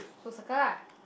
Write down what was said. so circle lah